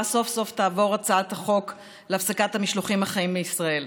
סוף-סוף תעבור הצעת החוק להפסקת המשלוחים החיים לישראל.